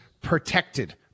protected